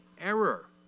error